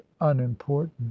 unimportant